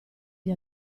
gli